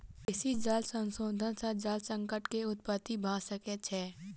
बेसी जल शोषण सॅ जल संकट के उत्पत्ति भ सकै छै